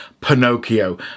Pinocchio